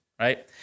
right